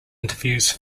interviews